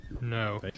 No